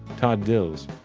todd dills,